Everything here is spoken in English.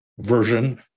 version